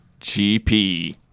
GP